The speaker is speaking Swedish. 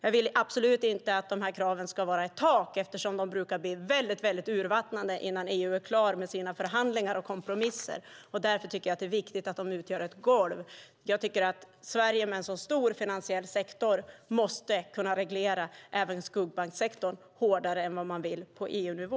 Jag vill absolut inte att kraven ska vara ett tak, eftersom de brukar bli väldigt urvattnade innan EU är klar med sina förhandlingar och kompromisser. Därför tycker jag att det är viktigt att de utgör ett golv. Jag tycker att Sverige med en så stor finansiell sektor måste kunna reglera även skuggbanksektorn hårdare än vad man vill på EU-nivå.